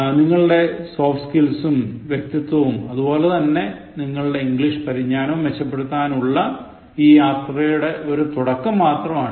നിങ്ങളുടെ സോഫ്റ്റ്റ് സ്കിൽസും വ്യക്തിത്വവും അതുപോലെ നിങ്ങളുടെ ഇംഗ്ലീഷ് പരിജ്ഞാനവും മെച്ചപ്പെടുത്താനുള്ള ഈ യാത്രയുടെ ഒരു തുടക്കം മാത്രമാണിത്